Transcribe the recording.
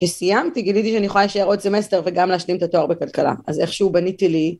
כשסיימתי גיליתי שאני יכולה להישאר עוד סמסטר וגם להשלים את התואר בכלכלה. אז איכשהו בניתי לי...